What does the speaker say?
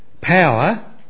power